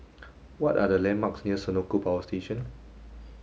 what are the landmarks near Senoko Power Station